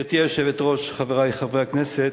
גברתי היושבת-ראש, חברי חברי הכנסת,